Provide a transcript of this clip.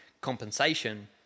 compensation